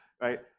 Right